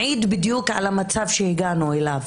מעיד בדיון על המצב שהגענו אליו,